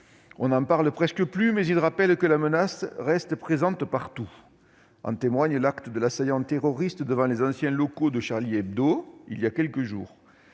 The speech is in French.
On n'en parle presque plus, mais ils rappellent que la menace reste présente partout. En témoigne l'acte de l'assaillant terroriste devant les anciens locaux de, voilà quelques jours.